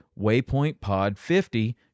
waypointpod50